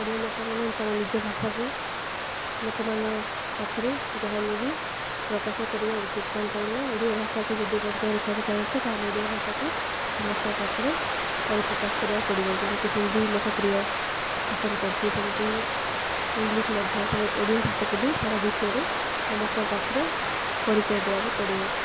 ଓଡ଼ିଆ ଲୋକମାନେ ତାଙ୍କ ନିଜ ଭାଷାକୁ ଲୋକମାନ ପାଖରେ ଯାହାହେଲେ ବି ପ୍ରକାଶ କରିବା ଉଚିତ କ'ଣ ପାଇଁ ନା ଓଡ଼ିଆ ଭାଷାକୁ ଯଦି ବଞ୍ଚାଇ ରଖିବାକୁ ଚାହୁଁଛେ ତା'ହେଲେ ଓଡ଼ିଆ ଭାଷାକୁ ସମସ୍ତଙ୍କ ପାଖରେ ପରିପ୍ରକାଶ କରିବାକୁ ପଡ଼ିବ ଯେମିତି ହିନ୍ଦୀ ଲୋକପ୍ରିୟ ହାସଲ କରିଛି ସେମିତି ଇଂଲିଶ ମଧ୍ୟ ସେ ଓଡ଼ିଆ ଭାଷାକୁ ବି ସାରା ବିଶ୍ୱରେ ସମସ୍ତଙ୍କ ପାଖରେ ପରିଚୟ ଦବାକୁ ପଡ଼ିବ